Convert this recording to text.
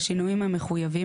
בשינויים המחויבים,